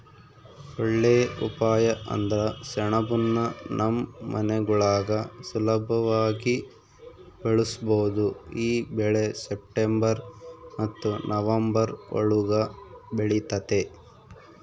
ಒಳ್ಳೇ ಉಪಾಯ ಅಂದ್ರ ಸೆಣಬುನ್ನ ನಮ್ ಮನೆಗುಳಾಗ ಸುಲುಭವಾಗಿ ಬೆಳುಸ್ಬೋದು ಈ ಬೆಳೆ ಸೆಪ್ಟೆಂಬರ್ ಮತ್ತೆ ನವಂಬರ್ ಒಳುಗ ಬೆಳಿತತೆ